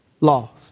Lost